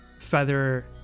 feather